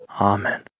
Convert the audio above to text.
amen